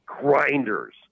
Grinders